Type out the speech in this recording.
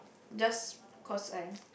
just cause I